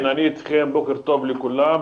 בוקר טוב לכולם.